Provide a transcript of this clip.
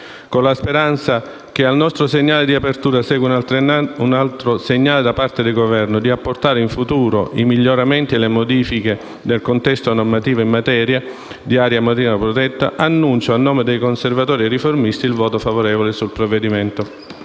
Con la speranza che al nostro segnale di apertura segua un altrettanto segnale da parte del Governo di apportare in futuro miglioramenti e modifiche al contesto normativo in materia di aree marine protette, a nome del Gruppo dei Conservatori e Riformisti annuncio il nostro voto favorevole sul provvedimento.